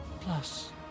Plus